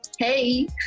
hey